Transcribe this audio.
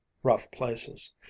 rough places,